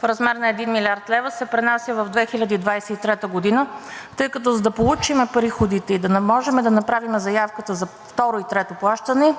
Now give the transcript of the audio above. в размер на 1 млрд. лв., се пренася в 2023 г., тъй като, за да получим приходите и да можем да направим заявката за второ и трето плащане,